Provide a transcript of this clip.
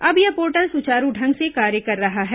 अब यह पोर्टल सुचारू ढंग से कार्य कर रहा है